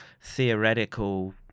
theoretical